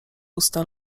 usta